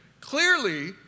clearly